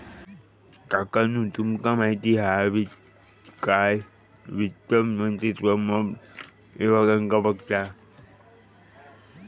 काकानु तुमका माहित हा काय वित्त मंत्रित्व मोप विभागांका बघता